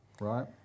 right